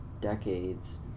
decades